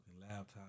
laptop